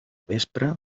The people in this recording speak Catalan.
vespre